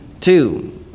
two